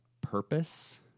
purpose